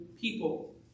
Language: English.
people